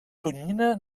tonyina